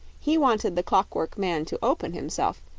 he wanted the clockwork man to open himself,